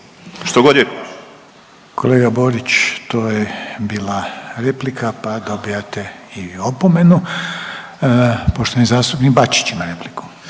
(HDZ)** Kolega Borić, to je bila replika, pa dobijate i vi opomenu. Poštovani zastupnik Bačić ima repliku.